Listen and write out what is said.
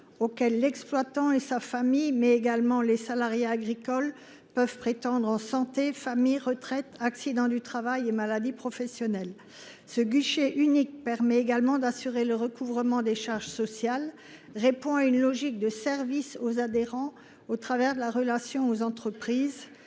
auxquelles l’exploitant, sa famille et les salariés du secteur peuvent prétendre : santé, famille, retraite, accidents du travail et maladies professionnelles. Ce guichet unique, qui permet également d’assurer le recouvrement des charges sociales, répond à une logique de service aux adhérents : relation aux entreprises,